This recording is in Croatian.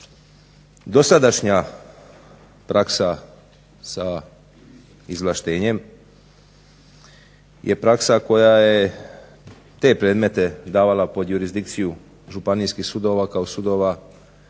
Dosadašnja praksa sa izvlaštenjem je praksa koja je te predmete davala pod jurisdikciju županijskih sudova kao sudova